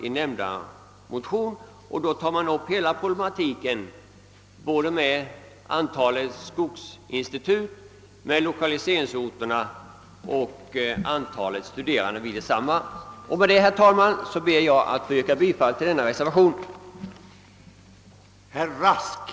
I reservationen tas också hela problematiken upp: antalet skogsinstitut, lokaliseringsorterna och antalet studerande vid instituten. Jag yrkar bifall till reservationen 5.2 c.